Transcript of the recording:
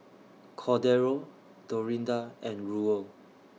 Cordero Dorinda and Ruel